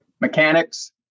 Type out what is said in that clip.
mechanics